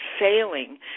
failing